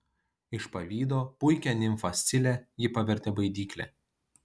iš pavydo puikią nimfą scilę ji pavertė baidykle